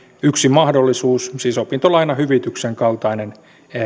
yksi mahdollisuus siis opintolainahyvityksen kaltainen